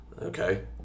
okay